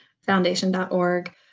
foundation.org